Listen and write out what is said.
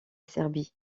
serbie